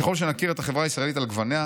ככל שנכיר את החברה הישראלית על גווניה,